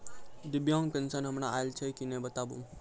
दिव्यांग पेंशन हमर आयल छै कि नैय बताबू?